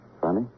Funny